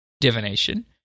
divination